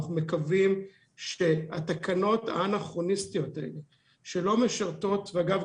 ואנחנו מקווים שהתקנות האנכרוניסטיות האלה שלא משרתות אגב,